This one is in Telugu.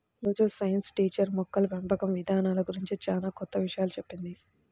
యీ రోజు సైన్స్ టీచర్ మొక్కల పెంపకం ఇదానాల గురించి చానా కొత్త విషయాలు చెప్పింది